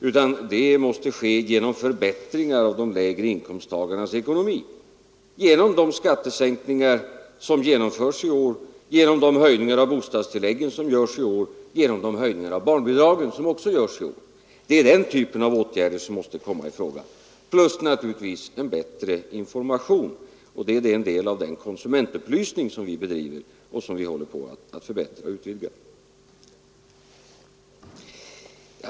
Det måste rättas till genom förbättringar av de lägre inkomsttagarnas ekonomi, genom de skattesänkningar som genomförs i år, genom de höjningar av bostadstilläggen som görs i år och genom de höjningar av barnbidragen som också görs i år. Det är den typen av åtgärder som måste komma i fråga plus naturligtvis en bättre information. Det är en del av den konsumentupplysning som vi bedriver och som vi håller på att förbättra och utvidga.